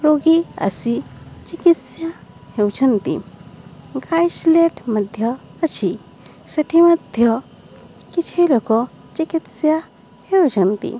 ରୋଗୀ ଆସି ଚିକିତ୍ସା ହେଉଛନ୍ତି ଗାଇସଲେଟ୍ ମଧ୍ୟ ଅଛି ସେଠି ମଧ୍ୟ କିଛି ଲୋକ ଚିକିତ୍ସା ହେଉଛନ୍ତି